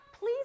please